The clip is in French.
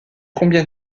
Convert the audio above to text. combien